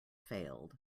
failed